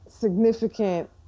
significant